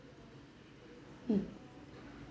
mm